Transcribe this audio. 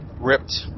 ripped